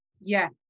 Yes